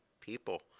people